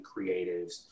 creatives